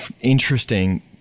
interesting